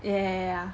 yeah yeah yeah yeah